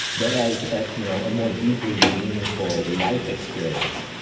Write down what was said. but as a you know more deeply meaningful life experience,